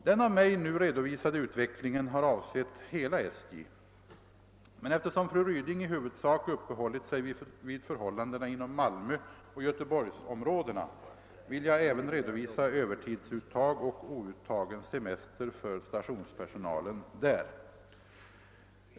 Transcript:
Den av mig nu redovisade utvecklingen har avsett hela SJ, men eftersom fru Ryding i huvudsak uppehållit sig vid förhållandena inom Malmöoch Göteborgsområdena vill jag även redovisa övertidsuttag och outtagen semester för stationspersonalen där.